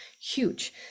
huge